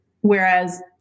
whereas